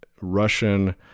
Russian